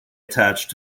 attached